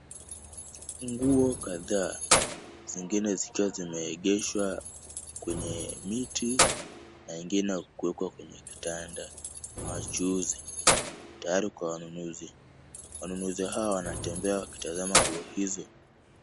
Nguo kadhaa, zingine zikiwa zimeegeshwa kwenye miti na ingine kuwekwa kwenye kitanda na wachuuzi, tayari kwa wanunuzi. Wanunuzi hawa wanatembea wakitazama nguo hizo.